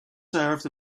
served